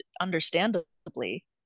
understandably